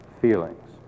feelings